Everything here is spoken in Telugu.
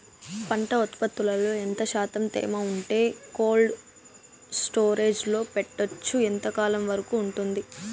పంట ఉత్పత్తులలో ఎంత శాతం తేమ ఉంటే కోల్డ్ స్టోరేజ్ లో పెట్టొచ్చు? ఎంతకాలం వరకు ఉంటుంది